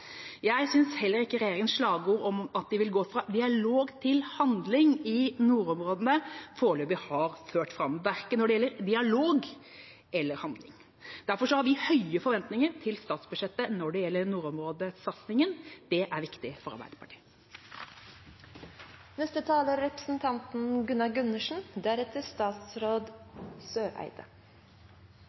Jeg synes heller ikke regjeringas slagord om at de vil gå fra dialog til handling i nordområdene foreløpig har ført fram, verken når det gjelder dialog eller handling. Derfor har vi høye forventninger til statsbudsjettet når det gjelder nordområdesatsingen. Det er viktig for Arbeiderpartiet.